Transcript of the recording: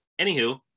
anywho